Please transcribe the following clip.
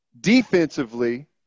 Defensively